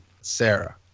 Sarah